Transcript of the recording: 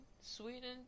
Sweden